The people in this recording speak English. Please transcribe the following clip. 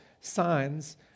signs